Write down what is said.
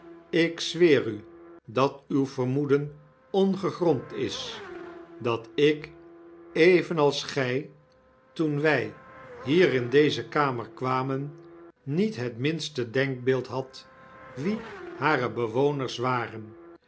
ik zweer u dat uw vermoeden ongegrond is dat ik evenals gij toen wij hier in de kamer kwamen niet het minste denkbeeld had wie hare bewoners waren